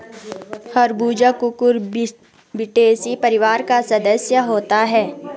खरबूजा कुकुरबिटेसी परिवार का सदस्य होता है